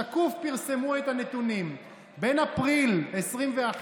"שקוף" פרסמו את הנתונים: בין אפריל 2021